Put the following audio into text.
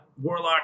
warlock